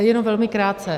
Jenom velmi krátce.